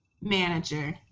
manager